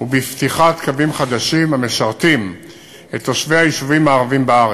ובפתיחת קווים חדשים המשרתים את תושבי היישובים הערביים בארץ.